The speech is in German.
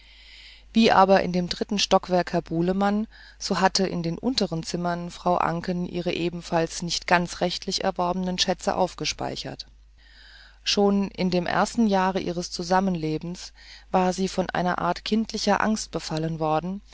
wie aber in dem dritten stockwerk herr bulemann so hatte in den unteren zimmern frau anken ihre ebenfalls nicht ganz rechtlich erworbenen schätze aufgespeichert schon in dem ersten jahr ihres zusammenlebens war sie von einer art kindischer angst befallen worden